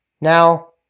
Now